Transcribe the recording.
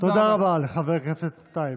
תודה רבה לחבר הכנסת טייב.